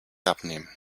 abnehmen